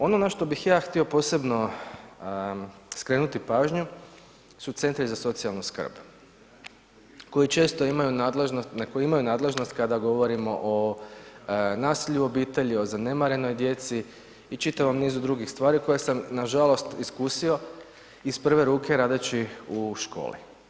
Ono na što bih ja htio posebno skrenuti pažnju su CZSS koji često imaju nadležnost, na koju imaju nadležnost kada govorimo o nasilju u obitelji, o zanemarenoj djeci i čitavom nizu drugih stvari koje sam nažalost iskusio iz prve ruke radeći u školi.